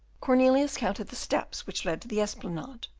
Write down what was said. cornelius counted the steps which led to the esplanade,